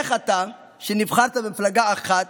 איך אתה, שנבחרת במפלגה אחת,